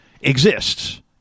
exists